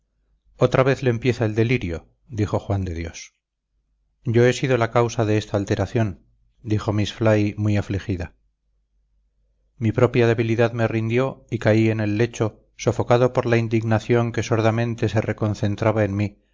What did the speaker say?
otra vez le empieza el delirio dijo juan de dios yo he sido la causa de esta alteración dijo miss fly muy afligida mi propia debilidad me rindió y caí en el lecho sofocado por la indignación que sordamente se reconcentraba en mí